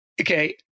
okay